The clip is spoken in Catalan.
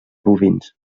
bovins